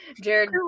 Jared